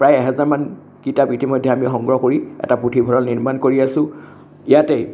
প্ৰায় এহেজাৰমান কিতাপ ইতিমধ্যে আমি সংগ্ৰহ কৰি এটা পুথিভঁৰাল নিৰ্মাণ কৰি আছো ইয়াতেই